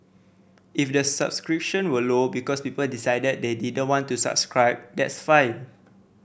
if the subscription were low because people decided they didn't want to subscribe that's fine